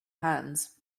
hands